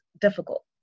difficult